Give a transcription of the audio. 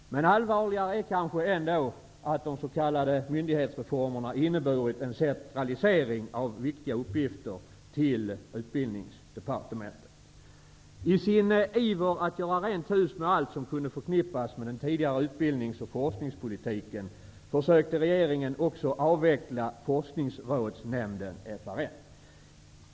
Än allvarligare är kanske ändå att de s.k. myndighetsreformerna inneburit en centralisering av viktiga uppgifter till Utbildningsdepartementet. I sin iver att göra rent hus med allt som kunde förknippas med den tidigare utbildnings och forskningspolitiken försökte regeringen också avveckla Forskningsrådsnämnden, FRN.